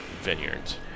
vineyards